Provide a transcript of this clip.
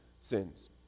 sins